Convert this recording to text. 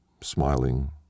smiling